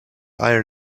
iron